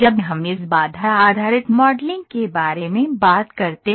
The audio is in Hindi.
जब हम इस कौनट्न आधारित मॉडलिंग के बारे में बात करते हैं